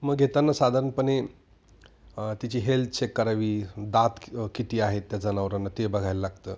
मग घेताना साधारणपणे तिची हेल्थ चेक करावी दात किती आहेत त्या जनावरांना ते बघायला लागतं